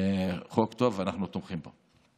זה חוק טוב, ואנחנו תומכים בו.